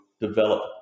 develop